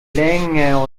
länger